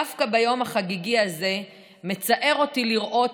דווקא ביום החגיגי הזה מצער אותי לראות